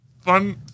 Fun